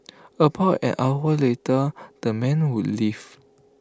about an hour later the men would leave